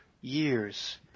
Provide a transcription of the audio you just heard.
years